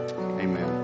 amen